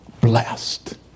Blessed